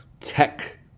tech